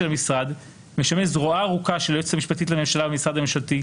המשרד משמש זרועה הארוכה של היועצת המשפטית לממשלה במשרד הממשלתי,